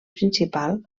principal